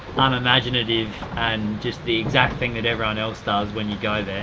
unimaginative and just the exact thing that everyone else does when you go there.